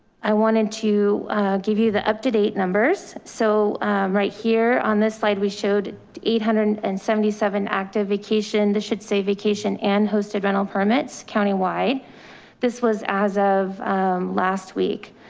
i wanted to give you the uptodate numbers. numbers. so right here on this slide, we showed eight hundred and seventy seven active vacation. this should say vacation and hosted rental permits. county-wide this was as of last week,